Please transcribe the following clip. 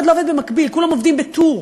במקביל, כולם עובדים בטור.